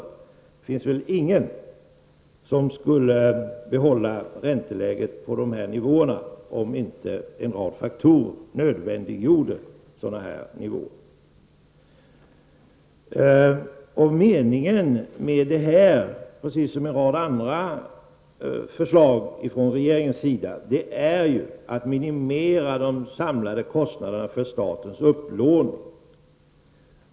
Det finns väl ingen som skulle behålla räntorna på dessa höga nivåer om inte en rad faktorer nödvändiggjorde det. Meningen med det här, precis som en rad andra förslag från regeringen, är ju att minimera de samlade kostnaderna för statens upplåning.